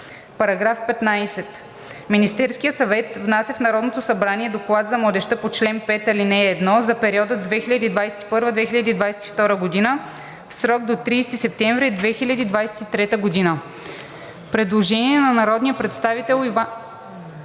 § 15: „§ 15. Министерският съвет внася в Народното събрание доклад за младежта по чл. 5, ал. 1 за периода 2021 – 2022 г. в срок до 30 септември 2023 г.“ Предложение на народните представители Иван